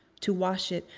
to wash it,